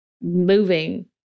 moving